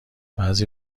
بعضی